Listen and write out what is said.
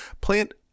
plant